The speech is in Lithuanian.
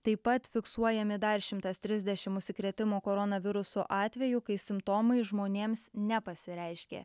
taip pat fiksuojami dar šimtas trisdešimt užsikrėtimo koronavirusu atvejų kai simptomai žmonėms nepasireiškė